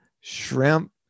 shrimp